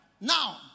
now